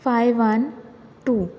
five one two